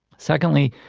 secondly,